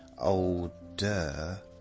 older